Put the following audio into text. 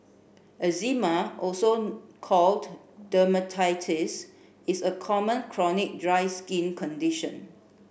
eczema also called dermatitis is a common chronic dry skin condition